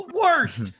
worst